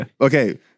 okay